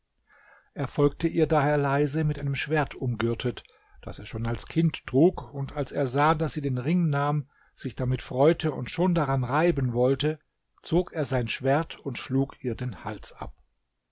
er folgte ihr daher leise mit einem schwert umgürtet das er schon als kind trug und als er sah daß sie den ring nahm sich damit freute und schon daran reiben wolle zog er sein schwert und schlug ihr den hals ab